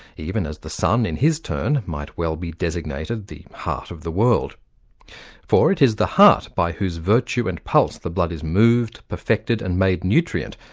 even as the sun in his turn might well be designated the heart of the world for it is the heart by whose virtue and pulse the blood is moved, perfected, and made nutrient,